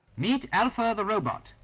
meet alpha the robot.